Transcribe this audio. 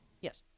Yes